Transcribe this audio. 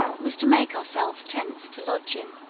was to make ourselves tents to lodge in,